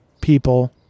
people